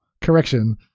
Correction